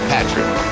Patrick